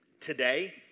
Today